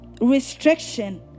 restriction